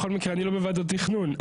בכל מקרה אני לא בוועדות תכנון,